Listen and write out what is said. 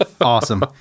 Awesome